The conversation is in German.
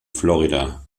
florida